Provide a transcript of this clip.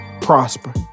prosper